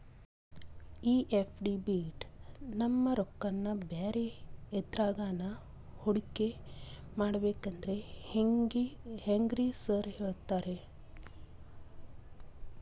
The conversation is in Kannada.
ಈ ಎಫ್.ಡಿ ಬಿಟ್ ನಮ್ ರೊಕ್ಕನಾ ಬ್ಯಾರೆ ಎದ್ರಾಗಾನ ಹೂಡಿಕೆ ಮಾಡಬೇಕಂದ್ರೆ ಹೆಂಗ್ರಿ ಸಾರ್ ಹೇಳ್ತೇರಾ?